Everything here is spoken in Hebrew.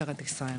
משטרת ישראל.